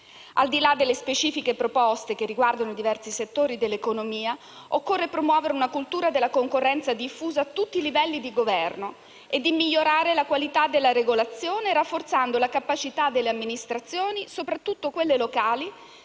Al di là delle specifiche proposte che riguardano i diversi settori dell'economia, occorre promuovere una cultura della concorrenza diffusa a tutti i livelli di governo e migliorare la qualità della regolazione, rafforzando la capacità delle amministrazioni, soprattutto quelle locali,